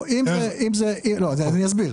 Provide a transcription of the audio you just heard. לא, אני אסביר.